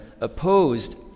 opposed